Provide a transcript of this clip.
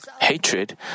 hatred